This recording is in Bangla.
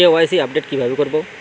কে.ওয়াই.সি আপডেট কিভাবে করবো?